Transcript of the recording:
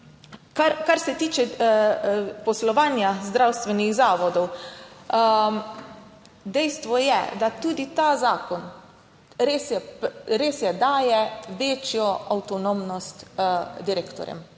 Kar se tiče poslovanja zdravstvenih zavodov. Dejstvo je, da tudi ta zakon, res je, res je, daje večjo avtonomnost direktorjem.